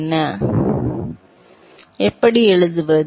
வேகத்தின் அடிப்படையில் அழுத்த டெல்டாபியை எப்படி எழுதுவது